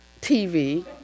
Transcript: TV